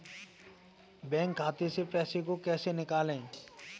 Bank खाते से पैसे को कैसे निकालें?